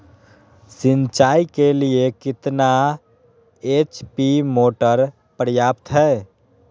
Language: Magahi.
सिंचाई के लिए कितना एच.पी मोटर पर्याप्त है?